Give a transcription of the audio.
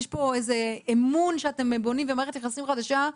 יש פה איזה אמון שאתם בונים ומערכת יחסים חדשה.